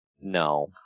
No